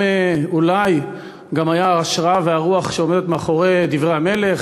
גם אולי היה ההשראה והרוח שעומדת מאחורי דברי המלך,